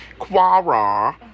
Quara